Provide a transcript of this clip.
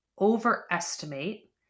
overestimate